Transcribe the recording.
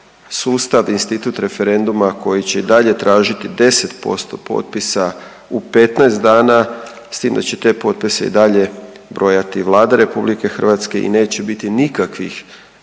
sustav, institut referenduma koji će i dalje tražiti 10% potpisa u 15 dana s tim da će te potpise i dalje brojati Vlada RH i neće biti nikakvih